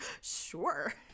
Sure